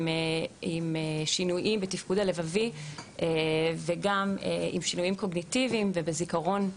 עם שינויים בתפקוד הלבבי וגם עם שינויים קוגניטיביים ושינויים בזיכרון.